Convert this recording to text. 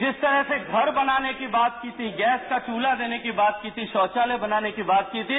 जिस तरह से घर बनाने की बात की थी गैस का च्रल्हा देने की बात की थी शौंचालय बनाने की बात की थी